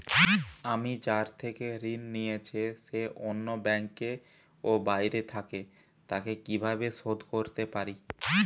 আমি যার থেকে ঋণ নিয়েছে সে অন্য ব্যাংকে ও বাইরে থাকে, তাকে কীভাবে শোধ করতে পারি?